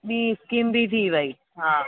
ॿीं इस्किम बि थी वेई हा